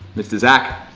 mr. zac,